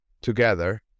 together